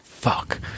fuck